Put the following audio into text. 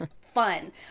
fun